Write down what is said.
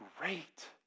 great